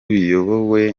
biyobowe